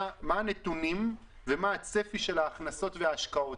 הנתונים ומה הצפי של ההכנסות וההשקעות.